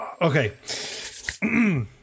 Okay